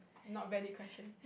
not valid question